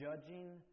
judging